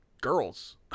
girls